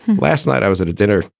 last night i was at a dinner.